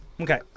Okay